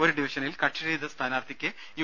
ഒരു ഡിവിഷനിൽ കക്ഷിരഹിത സ്ഥാനാർഥിക്ക് യു